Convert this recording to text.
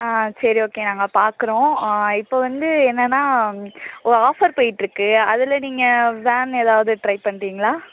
ஆ சரி ஓகே நாங்கள் பார்க்கறோம் இப்போ வந்து என்னென்னா ஒரு ஆஃபர் போயிட்டுருக்கு அதில் நீங்கள் வேன் எதாவது ட்ரை பண்ணுறிங்களா